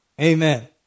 Amen